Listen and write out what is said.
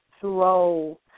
throw